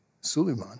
Suleiman